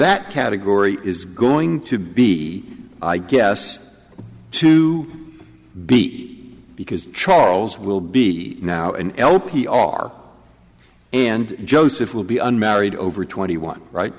that category is going to be i guess to be because charles will be now in l p r and joseph will be unmarried over twenty one